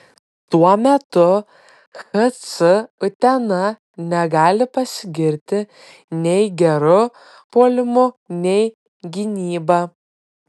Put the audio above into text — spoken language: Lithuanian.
tuo metu hc utena negali pasigirti nei geru puolimu nei gynyba